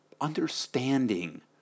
understanding